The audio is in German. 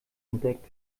entdeckt